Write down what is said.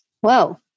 Whoa